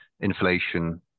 Inflation